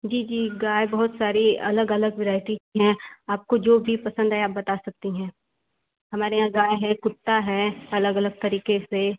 जी जी गाय बहुत सारी अलग अलग वैरायटी की हैं आपको जो भी पसंद आए आप बता सकती हैं हमारे यहाँ गाय है कुत्ता है अलग अलग तरीक़े से